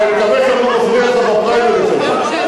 אני מקווה שאני לא מפריע לך בפריימריז שלך.